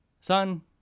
Son